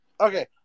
okay